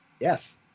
yes